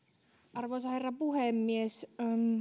arvoisa herra puhemies